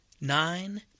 nine